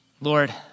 Lord